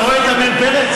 אתה רואה את עמיר פרץ?